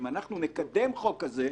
אם אנחנו נקדם חוק כזה,